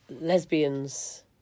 lesbians